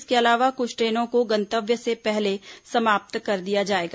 इसके अलावा कुछ ट्रेनों को गंतव्य से पहले समाप्त कर दिया जाएगा